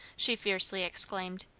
she fiercely exclaimed.